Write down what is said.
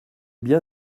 bien